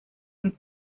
und